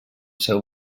seu